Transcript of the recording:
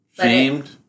Shamed